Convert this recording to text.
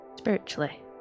Spiritually